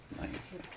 nice